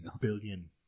billion